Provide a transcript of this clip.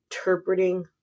interpreting